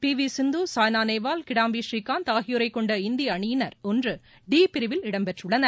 B V Sindhu Saina Nehwal Kidambi Srikanth ஆகியோரை கொண்ட இந்திய அணியினர் ஒன்று டி பிரிவில் இடம்பெற்றுள்ளனர்